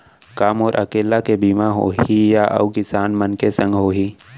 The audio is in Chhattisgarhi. का मोर अकेल्ला के बीमा होही या अऊ किसान मन के संग होही?